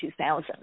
2000